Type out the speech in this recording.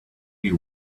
you